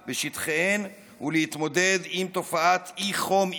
בשטחיהם ולהתמודד עם תופעת אי חום עירוני,